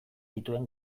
dituen